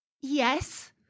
Yes